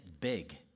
big